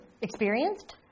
Experienced